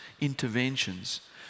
interventions